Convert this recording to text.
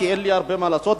אין לי הרבה מה לעשות,